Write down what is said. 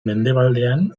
mendebaldean